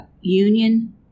union